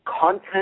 content